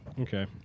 Okay